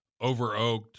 over-oaked